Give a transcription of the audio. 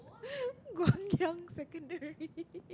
Guang-Yang secondary